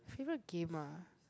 favourite game ah